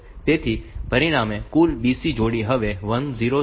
તેથી પરિણામે કુલ BC જોડી હવે 1000 હેક્સ મૂલ્ય ધરાવે છે